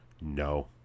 No